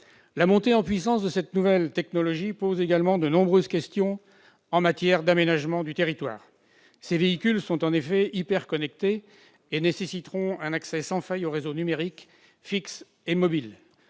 La montée en puissance de cette nouvelle technologie pose également de nombreuses questions en matière d'aménagement du territoire. Les véhicules autonomes sont en effet hyperconnectés et leur fonctionnement nécessitera un accès sans défaillance aux réseaux numériques fixes et mobiles.